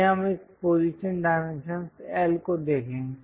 आइए हम इस पोजीशन डाइमेंशंस L को देखें